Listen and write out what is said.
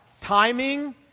timing